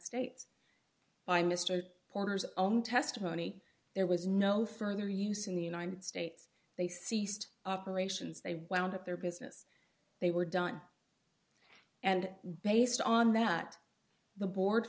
states by mr porter's own testimony there was no further use in the united states they ceased operations they wound up their business they were done and based on that the board